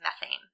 methane